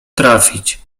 trafić